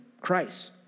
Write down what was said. Christ